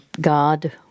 God